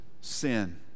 sin